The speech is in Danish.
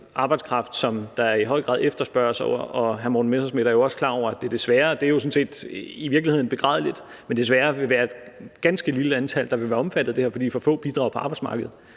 arbejdskraft, som i høj grad efterspørges, og hr. Morten Messerschmidt er jo også klar over, at det desværre – og det er jo sådan set i virkeligheden begrædeligt – vil være et ganske lille antal, der vil være omfattet af det her, fordi for få bidrager på arbejdsmarkedet.